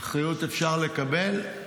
אחריות אפשר לקבל,